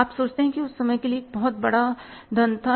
आप सोचते हैं उस समय के लिए यह बहुत बड़ा धन था